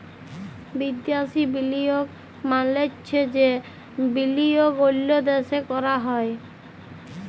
বিদ্যাসি বিলিয়গ মালে চ্ছে যে বিলিয়গ অল্য দ্যাশে ক্যরা হ্যয়